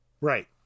Right